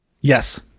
Yes